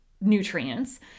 nutrients